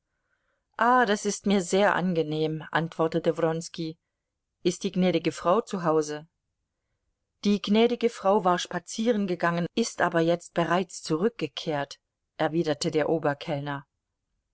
ah das ist mir sehr angenehm antwortete wronski ist die gnädige frau zu hause die gnädige frau war spazierengegangen ist aber jetzt bereits zurückgekehrt erwiderte der oberkellner